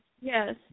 yes